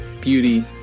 beauty